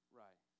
right